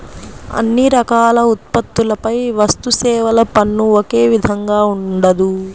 అన్ని రకాల ఉత్పత్తులపై వస్తుసేవల పన్ను ఒకే విధంగా ఉండదు